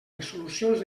resolucions